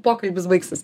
pokalbis baigsis